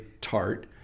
tart